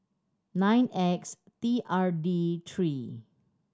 nine X T R D three